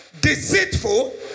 deceitful